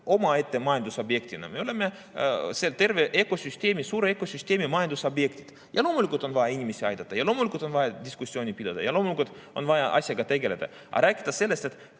omaette majandusobjektina. Me oleme seal terve süsteemi, suure süsteemi majandusobjektid. Loomulikult on vaja inimesi aidata ja loomulikult on vaja diskussiooni pidada ja loomulikult on vaja asjaga tegeleda. Aga rääkida sellest, et